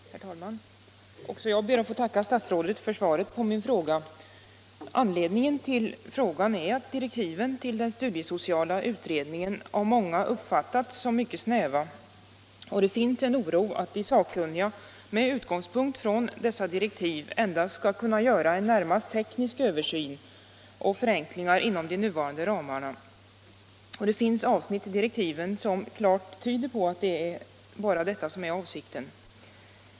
Herr talman! Också jag ber att få tacka statsrådet för svaret på min fråga. Anledningen till frågan är att direktiven till den studiesociala utredningen av många uppfattats som mycket snäva. Det finns en oro för att de sakkunniga med utgångspunkt i dessa direktiv endast skall kunna göra en närmast teknisk översyn och en del förenklingar inom de nuvarande ramarna. Det finns avsnitt i direktiven som klart tyder på att det bara är detta som är avsikten.